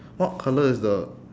what colour is the